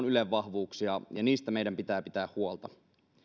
ylen vahvuuksia ja niistä meidän pitää pitää huolta